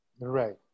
right